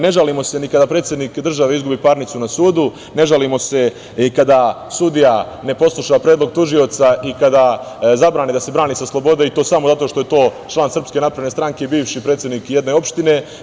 Ne žalimo se ni kada predsednik države izgubi parnicu na sudu, ne žalimo se ni kada sudija ne posluša predlog tužioca i kada zabrane da se brane sa slobode i to samo zato što je to član SNS, bivši predsednik jedne opštine.